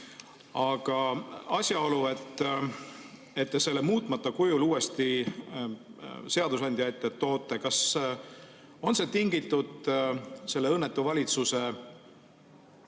Aga asjaolu, et te selle muutmata kujul uuesti seadusandja ette toote, kas see on tingitud selle õnnetu valitsuse tahtekindlusest